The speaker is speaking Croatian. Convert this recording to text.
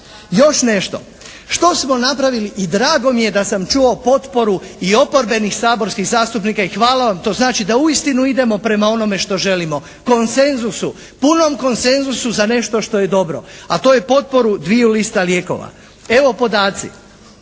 Još nešto. Što smo napravili i drago mi je da sam čuo potporu i oporbenih saborskih zastupnika i hvala vam. To znači da uistinu idemo prema onome što želimo, konsenzusu. Punom konsenzusu za nešto što je dobro, a to je potporu dviju lista lijekova. Evo podaci.